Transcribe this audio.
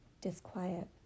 disquiet